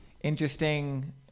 interesting